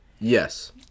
Yes